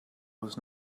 was